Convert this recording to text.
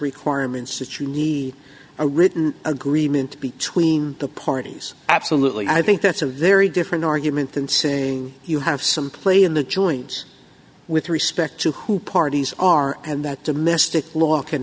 requirements to truly a written agreement between the parties absolutely i think that's a very different argument than saying you have some play in the joints with respect to who parties are and that domestic law can